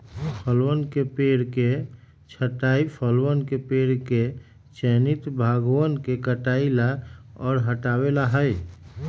फलवन के पेड़ के छंटाई फलवन के पेड़ के चयनित भागवन के काटे ला और हटावे ला हई